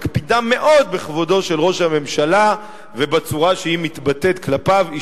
שמקפידה מאוד בכבודו של ראש הממשלה ובצורה שהיא מתבטאת כלפיו.